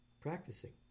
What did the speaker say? practicing